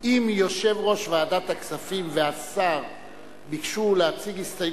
אם יושב-ראש ועדת הכספים והשר ביקשו להציג הסתייגות,